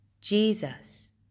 Jesus